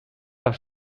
have